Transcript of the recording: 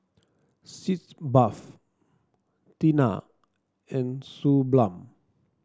Sitz Bath Tena and Suu Balm